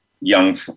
young